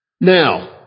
Now